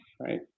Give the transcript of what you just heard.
right